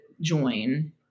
join